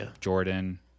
Jordan